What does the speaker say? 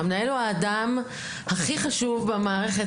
שהמנהל הוא האדם הכי חשוב במערכת,